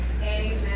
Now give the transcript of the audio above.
Amen